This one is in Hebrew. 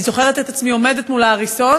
אני זוכרת את עצמי עומדת מול ההריסות,